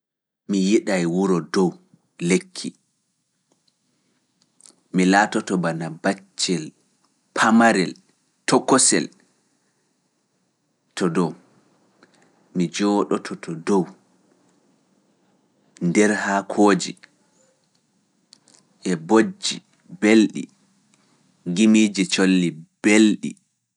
Mi yiɗaay wuro dow lekki, mi laatoto bana baccel pamarel tokosel to dow, mi jooɗoto to dow nder haakooji e bojji belɗi, gimiiji colli belɗi.